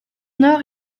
nord